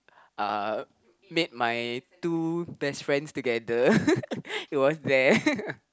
uh met my two best friends together it was there